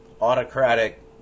autocratic